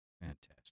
Fantastic